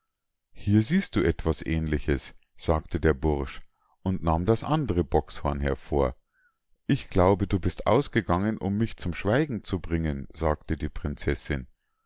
hier siehst du was ähnliches sagte der bursch und nahm das andre bockshorn hervor ich glaube du bist ausgegangen um mich zum schweigen zu bringen sagte die prinzessinn